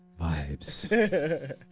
vibes